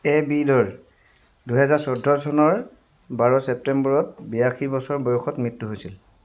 এবিডৰ দুহেজাৰ চৈধ্য চনৰ বাৰ ছেপ্টেম্বৰত বিৰাশী বছৰ বয়সত মৃত্যু হৈছিল